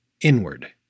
inward